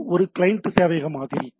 இது ஒரு கிளையன்ட் சேவையக மாதிரி